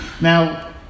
Now